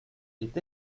est